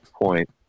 Point